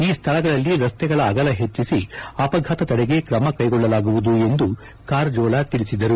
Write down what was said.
ಈ ಸ್ಥಳಗಳಲ್ಲಿ ರಸ್ತೆಗಳ ಅಗಲ ಹೆಚ್ಚಿಸಿ ಅಪಘಾತ ತಡೆಗೆ ಕ್ರಮಕೈಗೊಳ್ಳಲಾಗುವುದು ಎಂದು ಕಾರಜೋಳ ತಿಳಿಸಿದರು